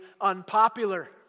unpopular